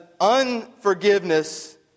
unforgiveness